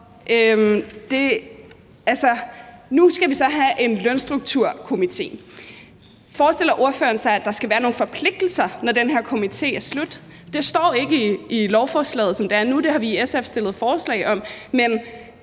Nu skal vi så have en lønstrukturkomité. Forestiller ordføreren sig, at der skal være nogle forpligtelser, når den her komités arbejde er slut? Det står ikke i lovforslaget, som det er nu, og det har vi i SF stillet forslag om. Men